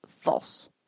false